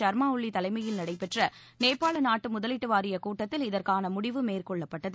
சர்மா ஒலி தலைமையில் நடைபெற்ற நேபாள நாட்டு முதவீட்டு வாரியக் கூட்டத்தில் இதற்கான முடிவு மேற்கொள்ளப்பட்டது